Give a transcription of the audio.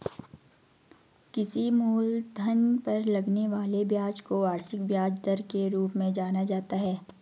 किसी मूलधन पर लगने वाले ब्याज को वार्षिक ब्याज दर के रूप में जाना जाता है